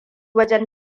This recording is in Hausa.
wajen